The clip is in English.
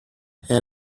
had